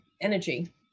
energy